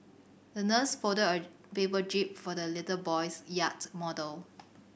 the nurse folded a paper jib for the little boy's yacht model